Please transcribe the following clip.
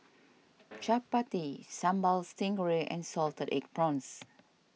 Chappati Sambal Stingray and Salted Egg Prawns